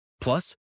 Plus